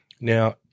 Now